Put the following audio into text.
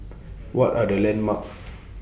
What Are The landmarks